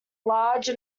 large